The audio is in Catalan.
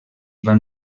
van